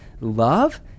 love